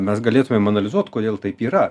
mes galėtumėm analizuot kodėl taip yra